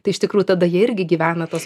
tai iš tikrųjų tada jie irgi gyvena tos